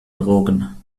drogen